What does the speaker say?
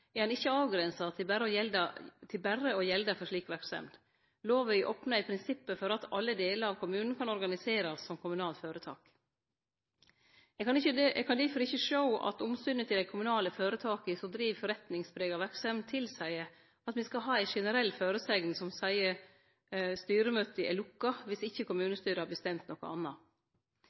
er han ikkje avgrensa til berre å gjelde for slik verksemd. Lova opnar i prinsippet for at alle delar av kommunen kan organiserast som kommunalt føretak. Eg kan difor ikkje sjå at omsynet til dei kommunale føretaka som driv forretningsprega verksemd, tilseier at me skal ha ei generell føresegn som seier at styremøta er lukka viss ikkje kommunestyret har bestemt noko anna.